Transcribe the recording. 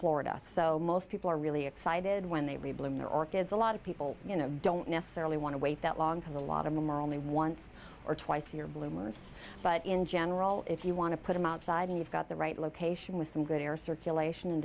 florida so most people are really excited when they re bloom their orchids a lot of people you know don't necessarily want to wait that long because a lot of them are only once or twice a year blooms but in general if you want to put them outside and you've got the right location with some good air circulation